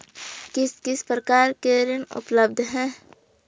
किस किस प्रकार के ऋण उपलब्ध हैं?